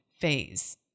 phase